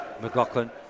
McLaughlin